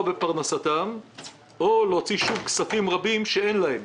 בפרנסתם או להוציא שוב כספים רבים שאין להם.